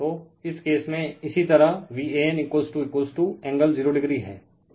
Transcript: तो इस केस में इसी तरह Van एंगल 0o हैं